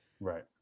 right